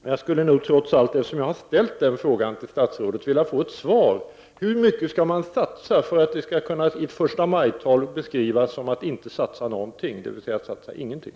Eftersom jag har ställt min fråga till socialministern skulle jag trots allt vilja ha ett svar på hur mycket man skall satsa för att det i ett förstamajtal skall beskrivas som att man inte satsar någonting.